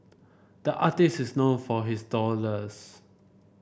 the artist is known for his